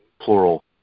plural